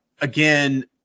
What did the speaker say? again